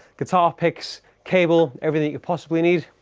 guitar picks, cable, everything you possibly need.